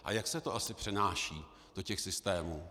A jak se to asi přenáší do těch systémů?